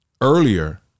earlier